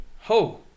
Ho